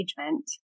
engagement